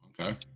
Okay